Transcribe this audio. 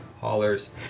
hollers